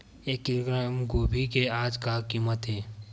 एक किलोग्राम गोभी के आज का कीमत हे?